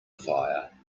fire